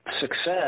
success